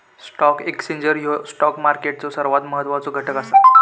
stock exchange ह्यो stock मार्केटचो सर्वात महत्वाचो घटक असा